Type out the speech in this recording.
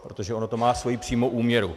Protože ono to má svoji přímou úměru.